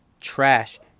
Trash